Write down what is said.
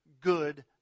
good